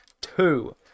two